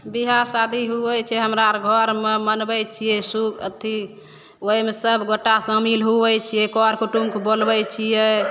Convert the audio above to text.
विवाह शादी होइ छै हमरा आर घरमे मनबै छियै सु अथी ओहिमे सबगोटा शामिल होइ छियै कर कुटुम्बके बोलबै छियै